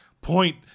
point